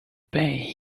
pay